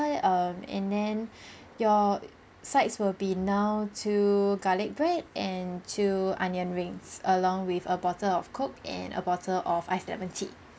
~a and um and then your sides will be now two garlic bread and two onion rings along with a bottle of coke and a bottle of ice lemon tea